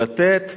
לתת,